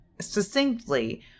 succinctly